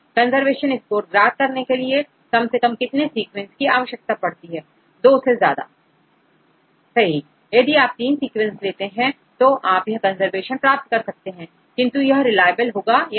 conservation score ज्ञात करने के लिए कम से कम कितने सीक्वेंसेस की आवश्यकता होती है छात्र दो से ज्यादा सही यदि आप तीन सीक्वेंस ले तो भी आप यह कंजर्वेशन प्राप्त कर सकते हैं किंतु यह रिलाएबल होगा या नहीं